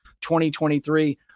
2023